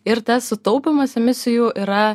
ir tas sutaupymas emisijų yra